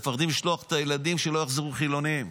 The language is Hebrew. מפחדים לשלוח את הילדים שלא יחזרו חילונים.